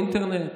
אינטרנט,